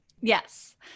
Yes